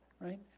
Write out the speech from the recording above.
Right